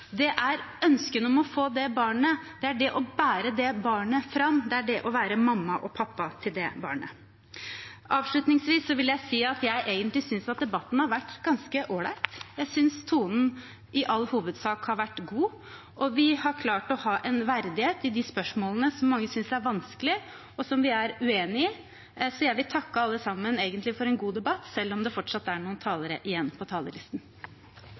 Det er ønskene om å få det barnet, det er det å bære det barnet fram, det er det å være mamma og pappa til det barnet. Avslutningsvis vil jeg si at jeg egentlig synes at debatten har vært ganske ålreit. Jeg synes tonen i all hovedsak har vært god, og vi har klart å ha en verdighet i de spørsmålene som mange synes er vanskelige, og som vi er uenige om, så jeg vil egentlig takke alle sammen for en god debatt, selv om det fortsatt er noen talere igjen på talerlisten.